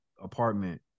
apartment